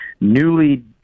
newly